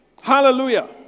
Hallelujah